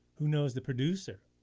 who knows the producer?